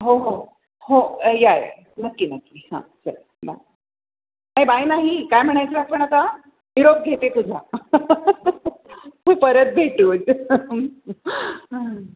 हो हो हो या या नक्की नक्की हा चल बाय बाय नाही काय म्हणायचं आपण आता निरोप घेते तुझा परत भेटू